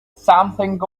something